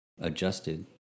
adjusted